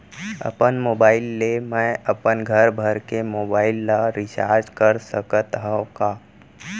अपन मोबाइल ले मैं अपन घरभर के मोबाइल ला रिचार्ज कर सकत हव का?